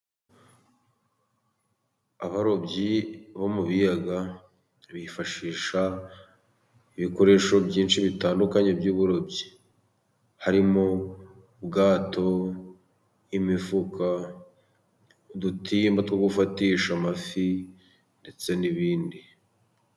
Abarobyi bo mu biyaga bifashisha ibikoresho byinshi bitandukanye by'uburobyi harimo: ubwato, imifuka, udutimba two gufatisha amafi, ndetse n'ibindi.